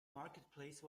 marketplace